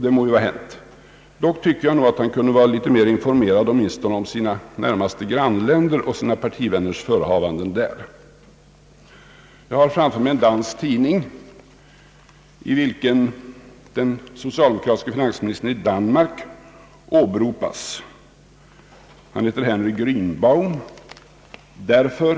Det må ju vara hänt, men jag tycker att han kunde vara litet mer informerad åtminstone om sina partivänners förehavanden i våra närmaste grannländer. Jag har framför mig en dansk tidning, i vilken den socialdemokratiske finansministern i Danmark Henry Gränbaum åberopas.